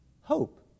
hope